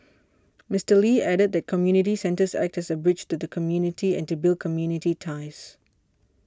Mister Lee added that community centres act as a bridge to the community and to build community ties